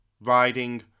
riding